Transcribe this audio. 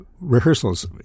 rehearsals